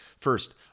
First